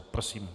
Prosím.